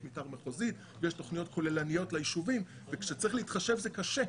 מתאר מחוזית ויש תוכניות כוללניות ליישובים וכשצריך להתחשב זה קשה,